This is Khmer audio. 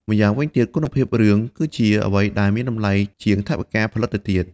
ម្យ៉ាងវិញទៀត គុណភាពរឿង គឺជាអ្វីដែលមានតម្លៃជាងថវិកាផលិតទៅទៀត។